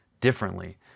differently